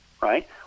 right